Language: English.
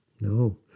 No